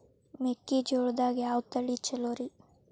ಮೆಕ್ಕಿಜೋಳದಾಗ ಯಾವ ತಳಿ ಛಲೋರಿ?